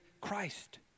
Christ